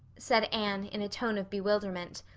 said anne in a tone of bewilderment.